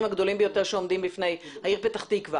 הגדולים ביותר שעומדים בפני העיר פתח תקווה